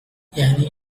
یعنی